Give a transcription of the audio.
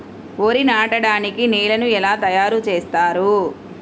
వరి నాటడానికి నేలను ఎలా తయారు చేస్తారు?